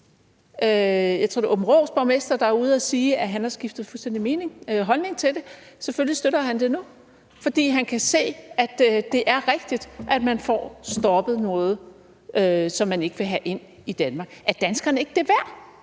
Jeg tror, det er Aabenraas borgmester, der er ude at sige, at han har skiftet fuldstændig holdning til det; selvfølgelig støtter han det nu, fordi han kan se, at det er rigtigt, at man får stoppet noget, som man ikke vil have ind i Danmark. Er danskerne ikke det værd?